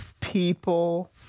people